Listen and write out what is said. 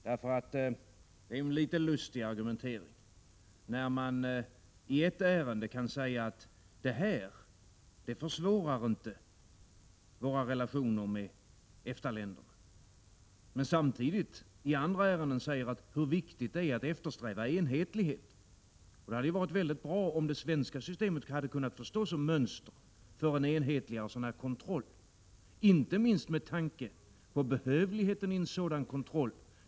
Det är en litet lustig argumentering när man i ett ärende kan säga att det här försvårar inte våra relationer med EFTA-länderna men samtidigt i andra ärenden understryker hur viktigt det är att eftersträva enhetlighet. Det hade varit väldigt bra, om det svenska systemet hade kunnat få stå som mönster för en enhetligare kontroll, inte minst med tanke på behövligheten av en sådan kontroll.